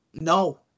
No